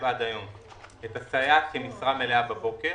עד היום את הסייעת במשרה מלאה בבוקר